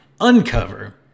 uncover